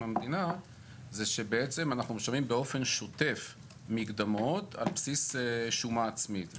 המדינה זה שבעצם אנחנו משלמים באופן שוטף מקדמות על בסיס שומה עצמית,